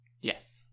Yes